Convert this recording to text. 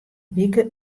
wike